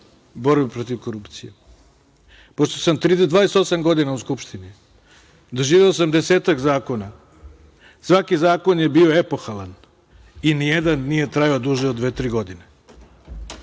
borbe protiv korupcije. Pošto sam 28 godina u Skupštini, doživeo sam desetak zakona, svaki zakon je bio epohalan i nijedan nije trajao duže od dve, tri godine.